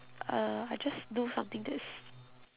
uh I just do something that is